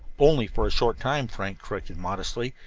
only for a short time, frank corrected modestly,